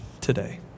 today